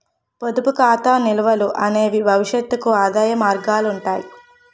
పొదుపు ఖాతా నిల్వలు అనేవి భవిష్యత్తుకు ఆదాయ మార్గాలుగా ఉంటాయి